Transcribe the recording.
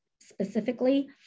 specifically